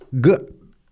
Good